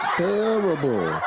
terrible